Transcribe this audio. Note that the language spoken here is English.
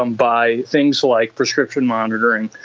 um by things like prescription monitoring,